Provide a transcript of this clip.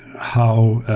how